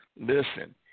Listen